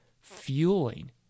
fueling